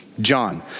John